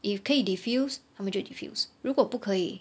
if 可以 diffuse 他们就会 diffuse 如果不可以